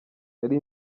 nari